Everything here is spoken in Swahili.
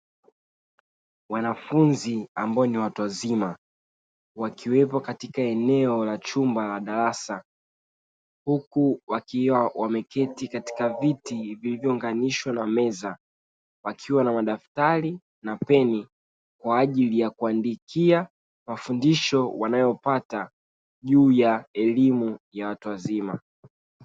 Wanafunzi ambao ni watu wazima wakiwepo katika eneo la chumba la darasa huku wakiwa wameketi katika viti vilivyounganishwa na meza, wakiwa na madaftari na peni kwa ajili ya kuandikia mafundisho wanayopata juu ya elimu ya watu wazima.